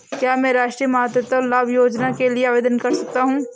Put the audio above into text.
क्या मैं राष्ट्रीय मातृत्व लाभ योजना के लिए आवेदन कर सकता हूँ?